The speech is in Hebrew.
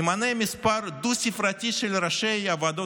ימנה מספר דו-ספרתי של ראשי ועדות